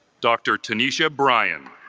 dr. tanisha brian